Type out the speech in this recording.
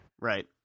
Right